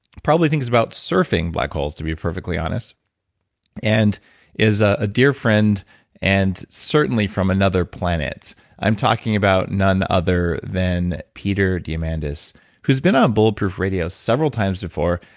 probably thinks about surfing black holes to be perfectly honest and is a dear friend and certainly from another planet i'm talking about none other than peter diamandis who's been on bulletproof radio several times before.